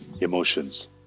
emotions